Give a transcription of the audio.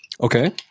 Okay